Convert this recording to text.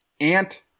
Ant